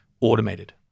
automated